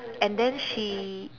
and then she